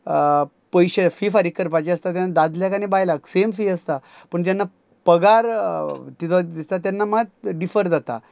पयशे फी फारीक करपाची आसता तेन्ना दादल्याक आनी बायलाक सेम फी आसता पूण जेन्ना पगार तिजो दिसता तेन्ना मात डिफर जाता